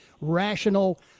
Rational